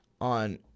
on